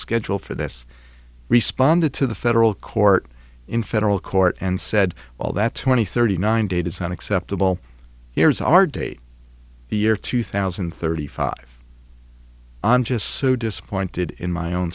schedule for this responded to the federal court in federal court and said well that twenty thirty nine date is not acceptable here is our date the year two thousand and thirty five i'm just so disappointed in my own